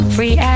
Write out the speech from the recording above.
Free